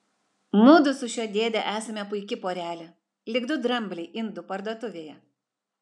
mudu su šiuo dėde esame puiki porelė lyg du drambliai indų parduotuvėje